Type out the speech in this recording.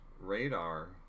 Radar